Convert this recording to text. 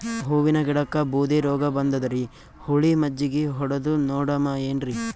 ಹೂವಿನ ಗಿಡಕ್ಕ ಬೂದಿ ರೋಗಬಂದದರಿ, ಹುಳಿ ಮಜ್ಜಗಿ ಹೊಡದು ನೋಡಮ ಏನ್ರೀ?